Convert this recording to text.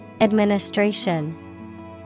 Administration